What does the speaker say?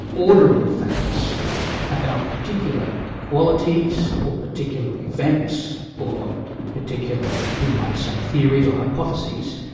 ordering facts about particular qualities or particular events, or particular, we might say theories or hypotheses,